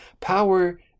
Power